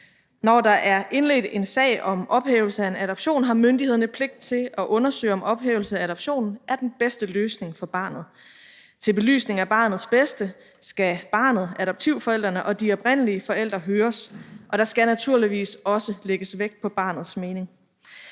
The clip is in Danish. Når der er indledt en sag om ophævelse af en adoption, har myndighederne pligt til at undersøge, om ophævelse af adoptionen er den bedste løsning for barnet. Til belysning af barnets bedste skal barnet, adoptivforældrene og de oprindelige forældre høres, og der skal naturligvis også lægges vægt på barnets mening.